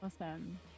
Awesome